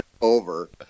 over